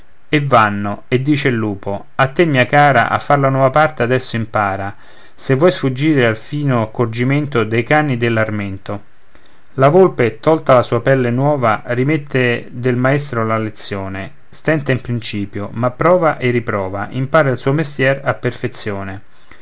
e vanno e dice il lupo a te mia cara a far la nuova parte adesso impara se vuoi sfuggire al fino accorgimento dei cani dell'armento la volpe tolta la sua pelle nuova ripete del maestro la lezione stenta in principio ma prova e riprova impara il suo mestier a perfezione